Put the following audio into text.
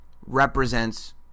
represents